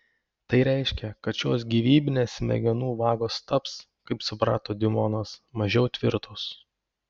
tai reiškia kad šios gyvybinės smegenų vagos taps kaip suprato diumonas mažiau tvirtos